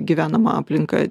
gyvenamą aplinką